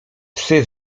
psy